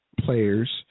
players